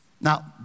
Now